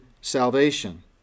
salvation